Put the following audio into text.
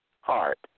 heart